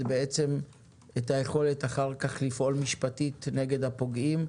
את היכולת אחר כך לפעול משפטית נגד הפוגעים.